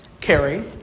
Carrie